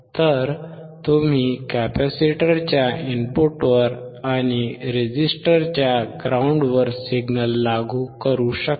तर तुम्ही कॅपेसिटरच्या इनपुटवर आणि रेझिस्टरच्या ग्राउंडवर सिग्नल लागू करू शकता